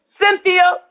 Cynthia